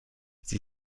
sie